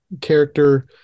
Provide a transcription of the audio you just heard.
character